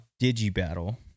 Digi-Battle